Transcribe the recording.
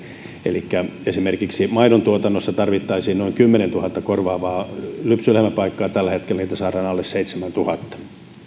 elikkä esimerkiksi maidontuotannossa tarvittaisiin noin kymmenentuhatta korvaavaa lypsylehmäpaikkaa tällä hetkellä niin että saadaan alle seitsemännentuhannennen